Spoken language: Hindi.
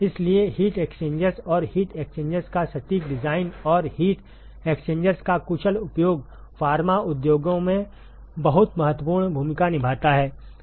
इसलिए हीट एक्सचेंजर्स और हीट एक्सचेंजर्स का सटीक डिजाइन और हीट एक्सचेंजर्स का कुशल उपयोग फार्मा उद्योगों में बहुत महत्वपूर्ण भूमिका निभाता है